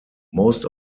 most